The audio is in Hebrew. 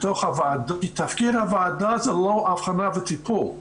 בתוך הוועדה כי תפקיד הוועדה זה לא אבחנה וטיפול.